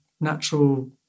natural